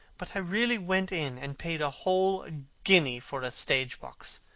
but i really went in and paid a whole guinea for the stage-box.